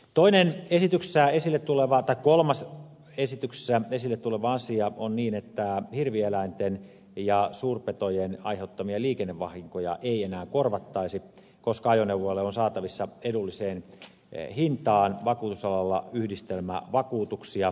kolmas esityksessä esille tuleva asia on että hirvieläinten ja suurpetojen aiheuttamia liikennevahinkoja ei enää korvattaisi koska ajoneuvoille on saatavissa edulliseen hintaan vakuutusalalla yhdistelmävakuutuksia